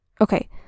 Okay